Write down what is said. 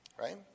right